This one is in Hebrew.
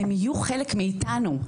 הם יהיו חלק מאיתנו.